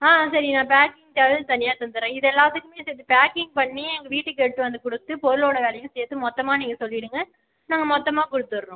ஆ சரி நான் பேக்கிங் சார்ஜும் தனியாக தந்துடுறேன் இது எல்லாத்துக்குமே சேர்த்து பேக்கிங் பண்ணி எங்கள் வீட்டுக்கு எடுத்து வந்து கொடுத்து பொருளோடு விலையும் சேர்த்து மொத்தமாக நீங்கள் சொல்லிவிடுங்க நாங்கள் மொத்தமாக கொடுத்துட்றோம்